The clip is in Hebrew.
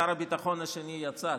שר הביטחון השני יצא,